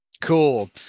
Cool